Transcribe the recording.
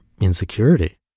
insecurity